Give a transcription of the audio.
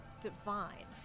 divine